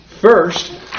First